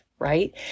right